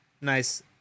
nice